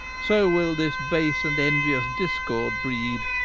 so will this base and enuious discord breed.